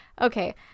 okay